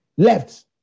Left